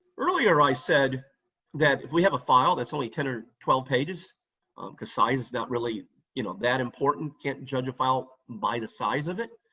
earlier i said that if we have a file that's only ten or twelve page because size is not really you know that important, can't judge a file by the size of it,